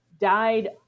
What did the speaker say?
died